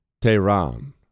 Tehran